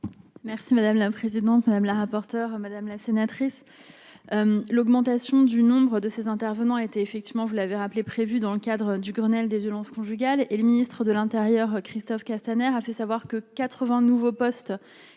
Merci madame la présidence Madame la rapporteure, madame la sénatrice. L'augmentation du nombre de ces intervenants, a été, effectivement, vous l'avez rappelé prévu dans le cadre du Grenelle des violences conjugales et le ministre de l'Intérieur Christophe Castaner, a fait savoir que 80 nouveaux postes